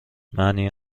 معنی